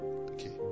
Okay